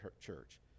church